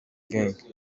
gangs